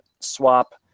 swap